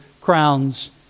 crowns